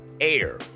air